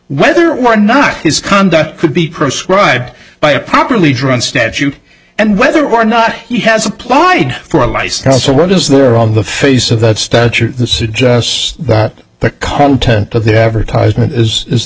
whether or not his conduct could be proscribed by a properly drawn statute and whether or not he has applied for a license or what is there on the face of that stature suggests that the content of the advertisement is